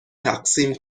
تقسیم